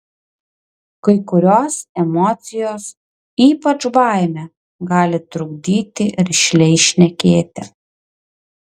kai kurios emocijos ypač baimė gali trukdyti rišliai šnekėti